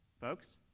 folks